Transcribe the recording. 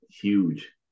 huge